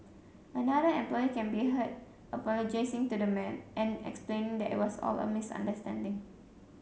another employee can be heard apologising to the man and explaining that it was all a misunderstanding